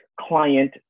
client